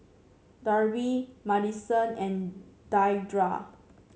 Darby Madyson and Deidra